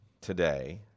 today